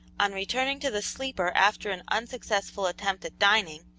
on returning to the sleeper after an unsuccessful attempt at dining,